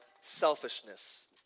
selfishness